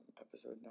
episode